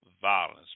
violence